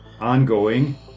Ongoing